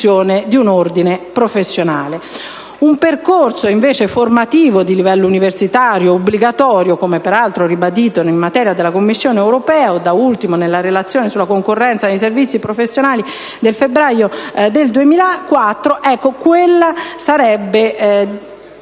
«un percorso formativo di livello universitario obbligatorio, come peraltro ribadito in materia dalla Commissione europea, da ultimo nella Relazione sulla concorrenza nei servizi professionali del febbraio 2004».